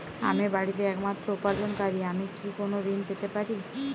আমি বাড়িতে একমাত্র উপার্জনকারী আমি কি কোনো ঋণ পেতে পারি?